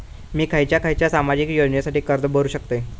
मी खयच्या खयच्या सामाजिक योजनेसाठी अर्ज करू शकतय?